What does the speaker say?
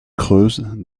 creusent